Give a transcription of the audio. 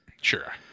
Sure